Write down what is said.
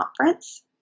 conference